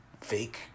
fake